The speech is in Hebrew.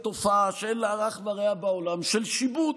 מקבל תופעה שאין לה אח ורע בעולם, של שיבוט.